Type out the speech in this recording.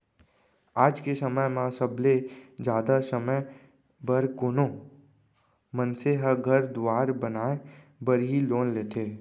आज के समय म सबले जादा समे बर कोनो मनसे ह घर दुवार बनाय बर ही लोन लेथें